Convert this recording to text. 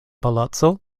palaco